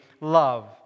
love